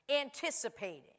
anticipating